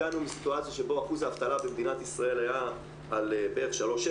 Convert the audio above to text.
אנחנו הגענו לסיטואציה שבה אחוז האבטלה במדינת ישראל היה בערך על 3.6%,